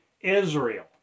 Israel